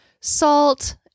salt